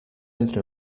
entre